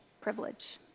privilege